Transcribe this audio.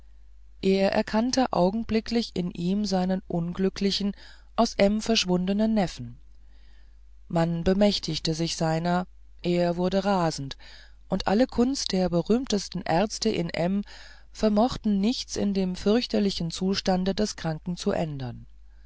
er erkannte augenblicklich in ihm seinen unglücklichen aus m verschwundenen neffen man bemächtigte sich seiner er wurde rasend und alle kunst der berühmtesten ärzte in m vermochte nichts in dem fürchterlichen zustande des unglücklichen zu ändern